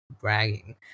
bragging